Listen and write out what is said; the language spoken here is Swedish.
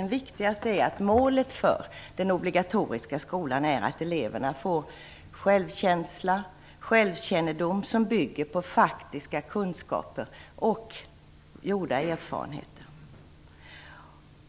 Den viktigaste är att målet för den obligatoriska skolan är att eleverna får självkänsla och självkännedom som bygger på faktiska kunskaper och gjorda erfarenheter.